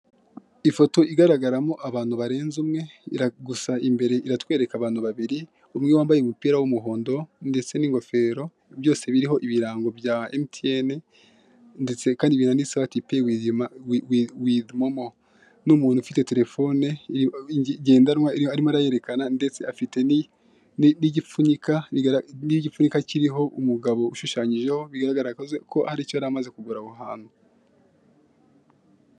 Ifoto igaragaramo abantu barenze umwe gusa imbere iratwereka abantu babiri umwe wambaye umupira w'umuhondo ndetse n'ingofero byose biriho ibirango bya emutiyene ndetse kandi binanditseho peyi wifu momo n'umuntu ufite terefone ngendanwa arimo arayerekana ndetse afite igipfunyika kiriho umugabo ushushanyijeho bigaragaza ko hari icyo yari amaze kugura aho hantu.